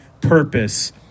purpose